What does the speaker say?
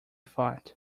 thought